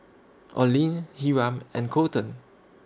Oline Hiram and Coleton